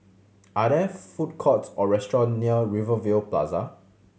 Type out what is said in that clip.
are there food courts or restaurant near Rivervale Plaza